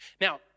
Now